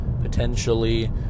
potentially